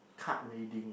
cart raiding ah